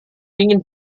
ingin